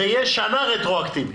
זה יהיה שנה רטרואקטיבית.